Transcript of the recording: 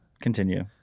continue